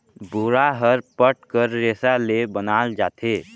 बोरा हर पट कर रेसा ले बनाल जाथे